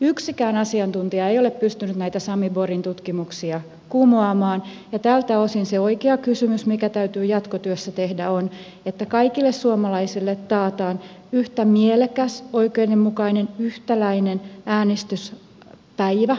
yksikään asiantuntija ei ole pystynyt näitä sami borgin tutkimuksia kumoamaan ja tältä osin se oikea kysymys mikä täytyy jatkotyössä tehdä on se että kaikille suomalaisille taataan yhtä mielekäs oikeudenmukainen yhtäläinen äänestyspäivä